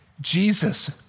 Jesus